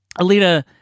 Alita